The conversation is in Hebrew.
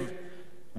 ואת בתו.